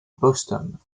boston